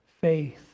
faith